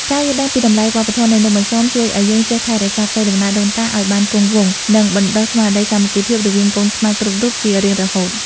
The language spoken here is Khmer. ការយល់ដឹងពីតម្លៃវប្បធម៌នៃនំអន្សមជួយឱ្យយើងចេះថែរក្សាកេរដំណែលដូនតាឱ្យបានគង់វង្ស និង បណ្តុះស្មារតីសាមគ្គីភាពរវាងកូនខ្មែរគ្រប់រូបជារៀងរហូត។